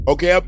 Okay